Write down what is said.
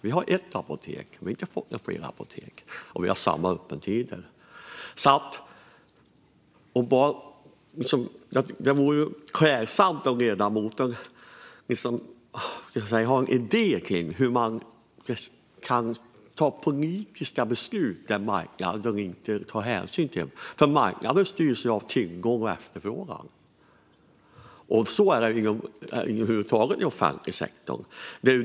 Vi har ett apotek med samma öppettider, och vi har inte fått fler apotek. Det vore klädsamt om ledamoten hade en idé om hur politiska beslut ska fattas som marknaden inte behöver ta hänsyn till. Marknaden styrs ju av tillgång och efterfrågan. Så är det över huvud taget i offentlig sektor.